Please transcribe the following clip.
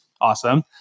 awesome